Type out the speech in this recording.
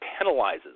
penalizes